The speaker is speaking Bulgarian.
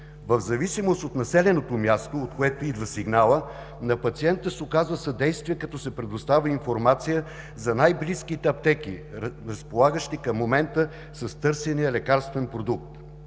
В зависимост от населеното място, от което идва сигналът, на пациента се оказва съдействие като се предостави информация за най-близките аптеки, разполагащи към момента с търсения лекарствен продукт.